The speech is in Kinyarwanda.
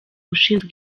ushinzwe